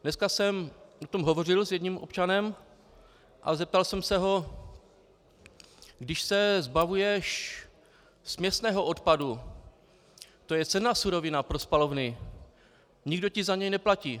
Dneska jsem o tom hovořil s jedním občanem a zeptal jsem se ho: Když se zbavuješ směsného odpadu, to je cenná surovina pro spalovny, nikdo ti za něj neplatí.